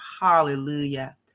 Hallelujah